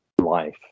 life